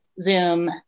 Zoom